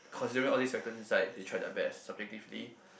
considering all these circumstances aside they tried their best subjectively